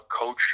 coach